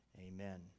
Amen